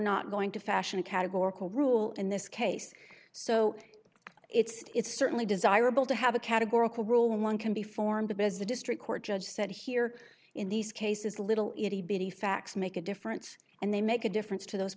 not going to fashion a categorical rule in this case so it's certainly desirable to have a categorical rule one can be formed the best the district court judge said here in these cases little itty bitty facts make a difference and they make a difference to those